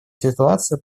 ситуацию